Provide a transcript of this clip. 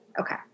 Okay